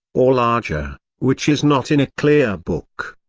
or larger, which is not in a clear book.